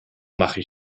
mache